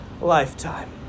lifetime